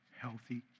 healthy